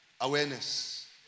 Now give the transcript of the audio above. Awareness